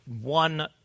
one